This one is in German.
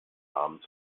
abend